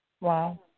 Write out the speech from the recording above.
Wow